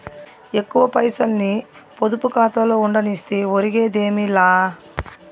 ఎక్కువ పైసల్ని పొదుపు కాతాలో ఉండనిస్తే ఒరిగేదేమీ లా